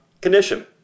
condition